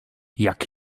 jak